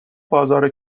بازار